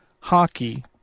hockey